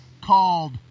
called